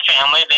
family